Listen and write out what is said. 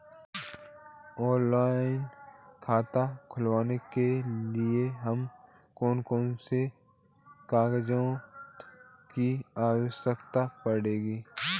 Online खाता खोलने के लिए हमें कौन कौन से कागजात की आवश्यकता पड़ेगी?